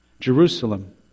Jerusalem